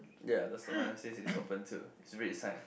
ya that's what it says mine is open too is a Red sign